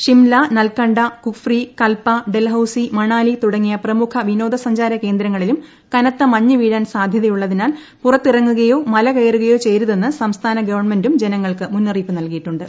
ഷിംല നൽകണ്ട കുഫ്രി കൽപ ഡെൽഹൌസി മണ്ണാലി തുടങ്ങിയ പ്രമുഖ വിനോദ സഞ്ചാര കേന്ദ്രങ്ങളിലും കനത്ത് മഞ്ഞു വീഴാൻ സാധ്യതയുള്ളതിനാൽ പുറത്തിറങ്ങുകയോ മല കയറ്റൂക്ടയോ ചെയ്യരുതെന്ന് സംസ്ഥാന ഗവൺമെന്റും ജനങ്ങൾക്ക് മുന്നറിയിപ്പ് നൽകിയിട്ടുണ്ട്